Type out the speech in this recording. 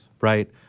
right